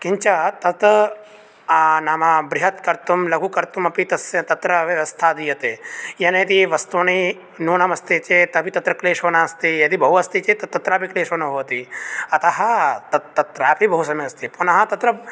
किञ्च तत् नाम बृहत् कर्तुं लघुकर्तुम् अपि तस्य तत्र व्यवस्था दीयते येन यदि वस्तूनि नूनम् अपि चेत् तत्र क्लेशो नास्ति यदि बहु अस्ति चेत् तत् तत्रापि क्लेशो न भवति अतः तत्रापि बहु सम्यक् अस्ति पुनः तत्र